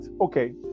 okay